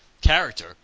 character